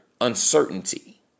uncertainty